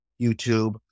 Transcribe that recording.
YouTube